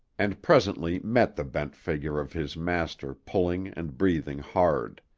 and presently met the bent figure of his master pulling and breathing hard.